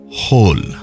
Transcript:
whole